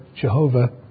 Jehovah